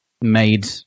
made